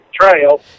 trail